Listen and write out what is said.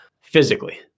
physically